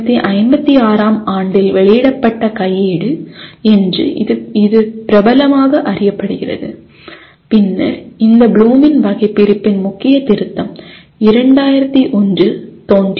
1956 ஆம் ஆண்டில் வெளியிடப்பட்ட கையேடு என்று இது பிரபலமாக அறியப்படுகிறது பின்னர் இந்த ப்ளூமின் வகைபிரிப்பின் முக்கிய திருத்தம் 2001 இல் தோன்றியது